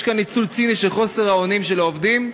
יש כאן ניצול ציני של חוסר האונים של העובדים,